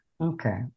okay